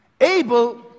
Abel